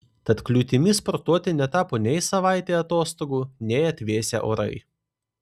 tad kliūtimi sportuoti netapo nei savaitė atostogų nei atvėsę orai